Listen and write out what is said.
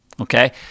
Okay